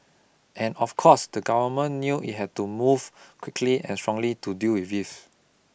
and of course the government knew it had to move quickly and strongly to deal with this